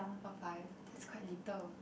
what five that's quite little